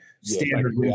standard